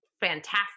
fantastic